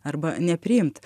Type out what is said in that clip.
arba nepriimt